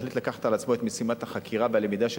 החליט לקחת על עצמו את משימת החקירה והלמידה של